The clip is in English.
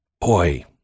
Boy